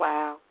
Wow